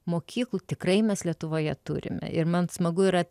mokyklų tikrai mes lietuvoje turime ir man smagu yra